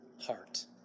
heart